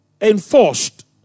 enforced